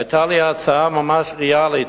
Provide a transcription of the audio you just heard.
היתה לי הצעה ממש ריאלית.